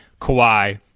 Kawhi